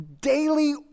daily